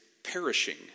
perishing